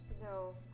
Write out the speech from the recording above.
No